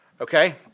Okay